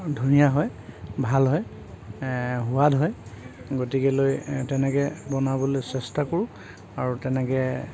ধুনীয়া হয় ভাল হয় সোৱাদ হয় গতিকেলৈ তেনেকৈ বনাবলৈ চেষ্টা কৰোঁ আৰু তেনেকৈ